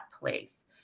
place